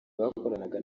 bakoranaga